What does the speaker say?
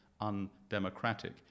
undemocratic